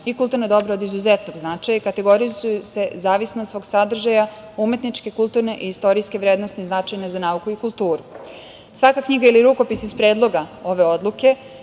i kulturna dobra od izuzetnog značaja, a kategorizuju se zavisno od svog sadržaja, umetničke, kulturne i istorijske vrednosti značajne za nauku i kulturu. Svaka knjiga ili rukopis iz Predloga ove odluke